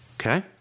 Okay